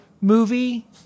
movie